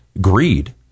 greed